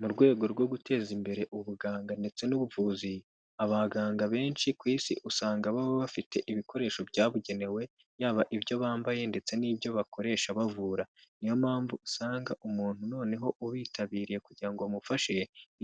Mu rwego rwo guteza imbere ubuganga ndetse n'ubuvuzi, abaganga benshi ku isi usanga baba bafite ibikoresho byabugenewe, yaba ibyo bambaye ndetse n'ibyo bakoresha bavura, niyo mpamvu usanga umuntu noneho ubitabiriye kugira ngo bamufashe,